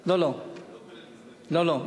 לא, לא.